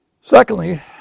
Secondly